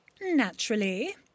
Naturally